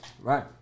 Right